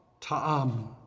Ta'am